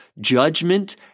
judgment